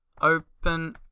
Open